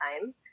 time